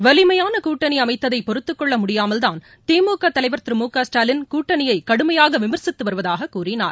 வலிமையான கூட்டணி அமைத்ததை பொறுத்துக்கொள்ள முடியாமல்தான் திமுக தலைவர் திரு மு க ஸ்டாலின் கூட்டணியை கடுமையாக விமர்சித்து வருவதாக கூறினார்